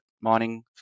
mining